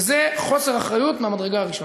וזה חוסר אחריות מהמדרגה הראשונה.